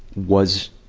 was,